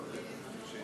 מוותרת.